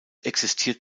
existiert